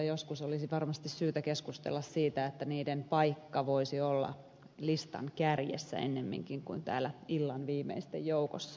joskus olisi varmasti syytä keskustella siitä että niiden paikka voisi olla listan kärjessä ennemminkin kuin täällä illan viimeisten joukossa